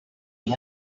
help